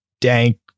dank